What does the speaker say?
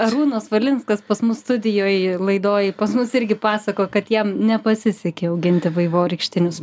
arūnas valinskas pas mus studijoj laidoj pas mus irgi pasakojo kad jam nepasisekė auginti vaivorykštinius